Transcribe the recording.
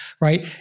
right